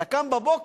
אתה קם בבוקר,